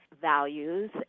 values